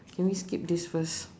can we skip this first